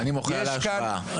אני מוחה על ההשוואה.